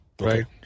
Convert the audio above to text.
right